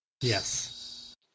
Yes